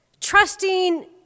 trusting